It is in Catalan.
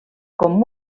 com